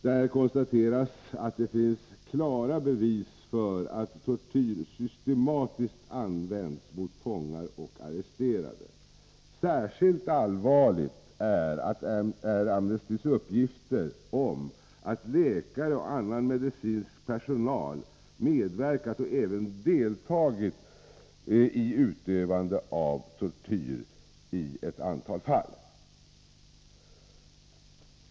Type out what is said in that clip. Där konstateras att det finns klara bevis för att tortyr systematiskt används mot fångar och arresterade. Särskilt allvarliga är Amnestys uppgifter om att läkare och annan medicinsk personal medverkat och även deltagit i utövandet av tortyr i ett antal fall.